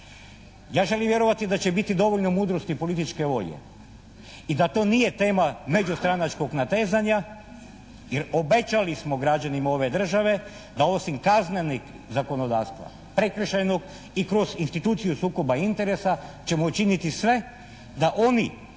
Ja želim vjerovati da će biti dovoljno mudrosti i političke volje i da to nije tema međustranačkog natezanja jer obećali smo građanima ove države da osim kaznenog zakonodavstva, prekršajnog i kroz instituciju sukoba interesa ćemo učiniti sve da oni